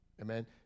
Amen